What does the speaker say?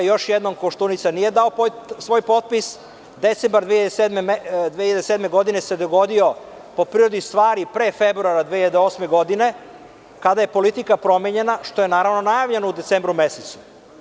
Još jednom, Koštunica nije dao svoj potpis, a decembra 2007. godine se dogodio, po prirodi stvari, pre februara 2008. godine, kada je politika promenjena, što je najavljeno u decembru mesecu.